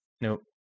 Nope